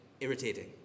irritating